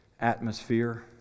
atmosphere